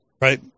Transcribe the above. right